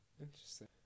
Interesting